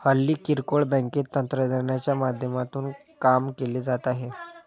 हल्ली किरकोळ बँकेत तंत्रज्ञानाच्या माध्यमातून काम केले जात आहे